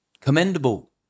commendable